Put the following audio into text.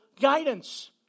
guidance